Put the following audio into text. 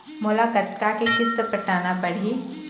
मोला कतका के किस्त पटाना पड़ही?